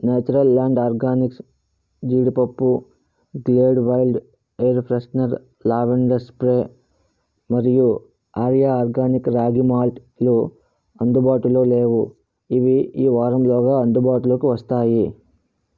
natural land organics జీడిపప్పు Glade wild air freshener lavender spray మరియు Arya organic రాగి మాల్ట్లు అందుబాటులో లేవు ఇవి ఈ వారంలోగా అందుబాటులోకి వస్తాయి